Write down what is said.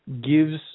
gives